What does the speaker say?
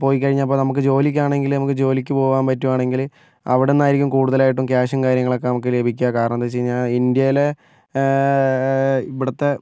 പോയി കഴിഞ്ഞാൽ അപ്പം നമുക്ക് ജോലിക്കാണെങ്കിൽ നമുക്ക് ജോലിക്ക് പോകാൻ പറ്റുകയാണെങ്കിൽ അവിടെ നിന്നായിരിക്കും കൂടുതലായിട്ടും ക്യാഷും കാര്യങ്ങളും ഒക്കെ നമുക്ക് ലഭിക്കുക കാരണമെന്താണെന്ന് വെച്ച് കഴിഞ്ഞാൽ ഇന്ത്യയിലെ ഇവിടുത്തെ